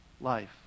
life